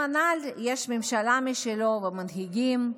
לעולם הנ"ל יש ממשלה משלו ומנהיגים,